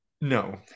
No